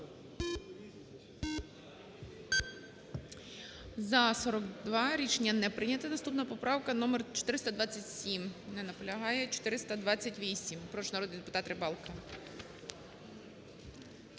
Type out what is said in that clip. За-42 Рішення не прийнято. Наступна поправка - номер 427. Не наполягає. 428. Прошу, народний депутат Рибалка.